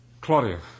Claudia